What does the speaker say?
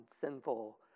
sinful